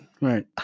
right